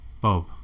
Bob